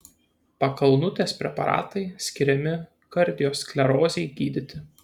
pakalnutės preparatai skiriami kardiosklerozei gydyti